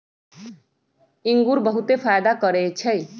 इंगूर बहुते फायदा करै छइ